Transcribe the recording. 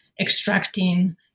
extracting